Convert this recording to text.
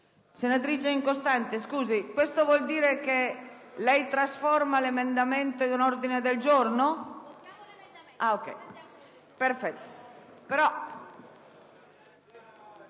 Senatrice Incostante, mi scusi, questo vuol dire che lei trasforma l'emendamento in un ordine del giorno?